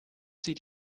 sie